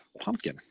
Pumpkin